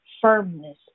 firmness